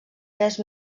tres